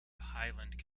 highland